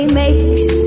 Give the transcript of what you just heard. makes